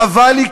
חבל לי,